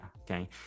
okay